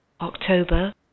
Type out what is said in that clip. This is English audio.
October